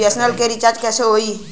BSNL के recharge कैसे होयी?